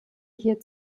hier